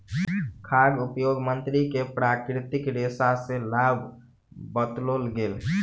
खाद्य उद्योग मंत्री के प्राकृतिक रेशा के लाभ बतौल गेल